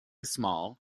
small